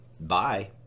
bye